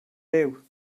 byw